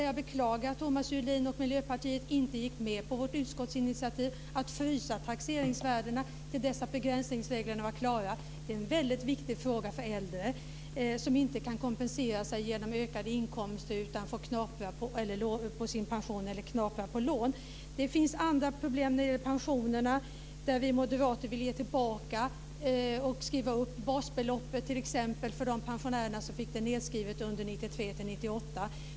Jag beklagar att Thomas Julin och Miljöpartiet inte gick med på vårt utskottsinitiativ att frysa taxeringsvärdena till dess att begränsningsreglerna blev klara. Det är en väldigt viktig fråga för de äldre, som inte kan kompensera sig genom ökade inkomster utan får knapra på sin pension eller på lån. Det finns andra problem när det gäller pensionärerna. Vi moderater vill t.ex. ge tillbaka och skriva upp basbeloppet för de pensionärer som fick det nedskrivet under 1993-1998.